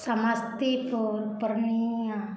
Samastipur Purnia